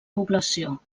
població